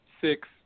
six